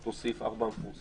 צריך להוסיף את 4 המפורסם.